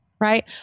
right